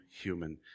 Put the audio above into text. human